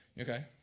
Okay